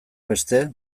beste